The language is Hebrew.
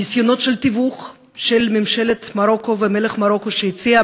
ניסיונות תיווך של ממשלת מרוקו ומלך מרוקו שהציע,